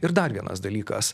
ir dar vienas dalykas